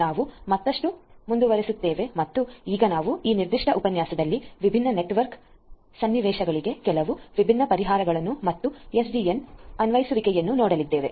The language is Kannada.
ನಾವು ಮತ್ತಷ್ಟು ಮುಂದುವರಿಸುತ್ತೇವೆ ಮತ್ತು ಈಗ ನಾವು ಈ ನಿರ್ದಿಷ್ಟ ಉಪನ್ಯಾಸದಲ್ಲಿ ವಿಭಿನ್ನ ನೆಟ್ವರ್ಕ್ ಸನ್ನಿವೇಶಗಳಿಗೆ ಕೆಲವು ವಿಭಿನ್ನ ಪರಿಹಾರಗಳನ್ನು ಮತ್ತು ಎಸ್ಡಿಎನ್ ಅನ್ವಯಿಸುವಿಕೆಯನ್ನು ನೋಡಲಿದ್ದೇವೆ